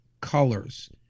colors